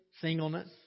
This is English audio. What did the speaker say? singleness